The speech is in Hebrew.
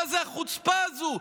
מה זה החוצפה הזו,